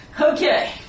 okay